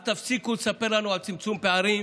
אז תפסיקו לספר לנו על צמצום פערים.